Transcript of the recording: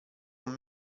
con